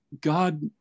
God